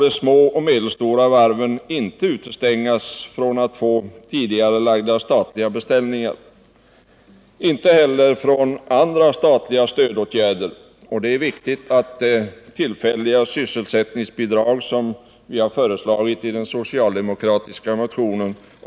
De små och medelstora varven får t.ex. inte utestängas från att få tidigarelagda statliga beställningar eller från att få andra statliga stödåtgärder. Det är också viktigt att tillfälliga sysselsättningsbidrag kan utgå, såsom vi har föreslagit i den socialdemokratiska motionen.